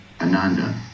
Ananda